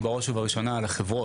ההשפעה היא בראש ובראשונה על החברות,